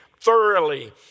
thoroughly